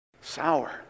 sour